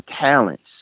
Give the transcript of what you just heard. talents